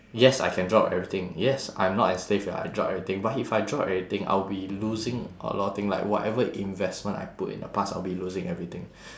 yes I can drop everything yes I'm not as safe if I drop everything but if I drop everything I will be losing a lot of thing like whatever investment I put in the past I'll be losing everything